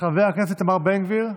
חבר הכנסת איתמר בן גביר,